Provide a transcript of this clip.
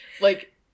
like-